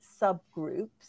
subgroups